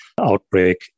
outbreak